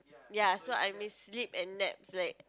ya so I miss sleep and naps like